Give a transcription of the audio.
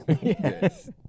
Yes